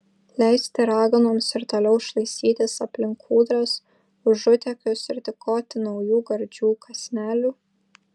leisti raganoms ir toliau šlaistytis aplink kūdras užutėkius ir tykoti naujų gardžių kąsnelių